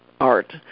art